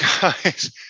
guys